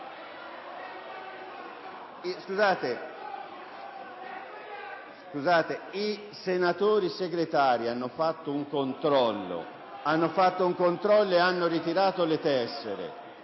I senatori Segretari hanno fatto un controllo e hanno ritirato le tessere